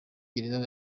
gereza